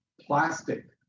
plastic